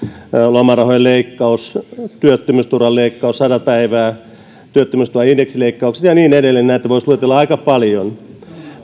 lomarahojen leikkaus työttömyysturvan leikkaus sata päivää työttömyysturvan indeksileikkaukset ja niin edelleen näitä voisi luetella aika paljon